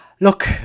Look